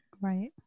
Right